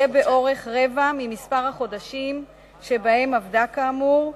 שיהיה באורך רבע ממספר החודשים שבהם עבדה כאמור,